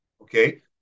Okay